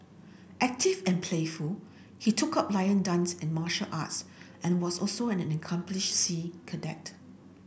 active and playful he took up lion dance and martial arts and was also an accomplished sea cadet